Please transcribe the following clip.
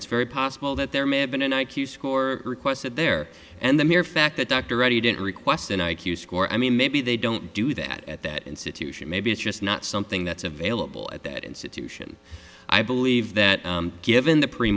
it's very possible that there may have been an i q score requests that there and the mere fact that dr reddy didn't request an i q score i mean maybe they don't do that at that institution maybe it's just not something that's available at that institution i believe that given the pre